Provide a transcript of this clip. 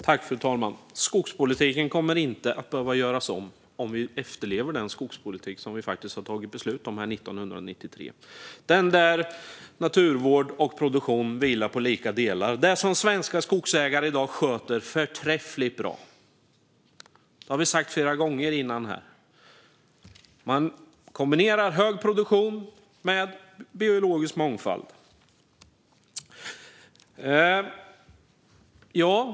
Fru talman! Skogspolitiken kommer inte att behöva göras om om vi efterlever den skogspolitik vi faktiskt tog beslut om 1993. Den vilar på lika delar naturvård och produktion, något svenska skogsägare sköter förträffligt bra, vilket vi sagt flera gånger i dag. De kombinerar hög produktion med biologisk mångfald.